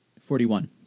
forty-one